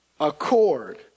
accord